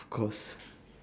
of course